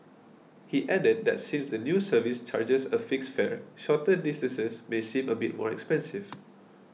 he added that since the new service charges a fixed fare shorter distances may seem a bit more expensive